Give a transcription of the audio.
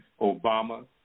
Obama